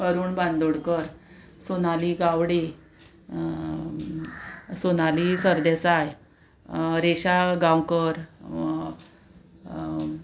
Arun Bandodkar Sonali Gawde Sonali Sardesai Resha Gaonkar